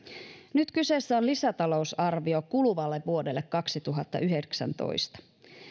nyt kyseessä on lisätalousarvio kuluvalle vuodelle kaksituhattayhdeksäntoista